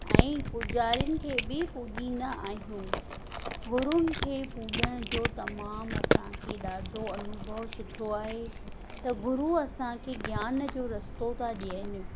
ऐं पुॼारीनि खे बि पूॼींदा आहियूं गुरूनि खे पूॼण जो तमामु असांखे ॾाढो अनुभव सुठो आहे त गुरू असांखे ज्ञान जो रस्तो था ॾियनि